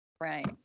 Right